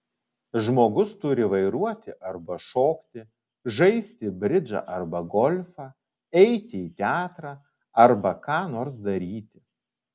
žmogus turi vairuoti arba šokti žaisti bridžą arba golfą eiti į teatrą arba ką nors daryti